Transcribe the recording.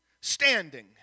standing